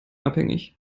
abhängig